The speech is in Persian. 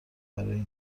برای